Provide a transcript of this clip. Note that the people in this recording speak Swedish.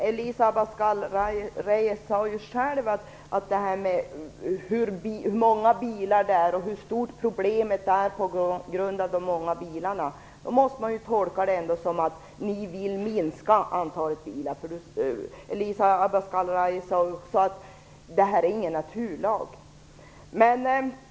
Fru talman! Elisa Abascal Reyes talade själv om de stora problemen på grund av de många bilarna. Då måste man tolka det så att ni vill minska antalet bilar. Elisa Abascal Reyes sade att det inte handlar om någon naturlag.